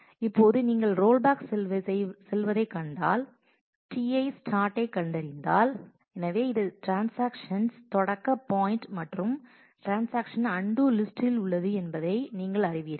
இப்போது நீங்கள் roll back செல்வதைக் கண்டால் Ti start ஐக் கண்டறிந்தால் எனவே இது ட்ரான்ஸாக்ஷன்ஸ் தொடக்க பாயிண்ட் மற்றும் ட்ரான்ஸாக்ஷன்ஸ் அன்டூ லிஸ்ட் உள்ளது என்பதை நீங்கள் அறிவீர்கள்